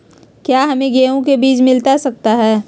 क्या हमे गेंहू के बीज मिलता सकता है?